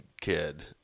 kid